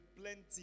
plenty